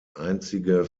einzige